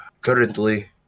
currently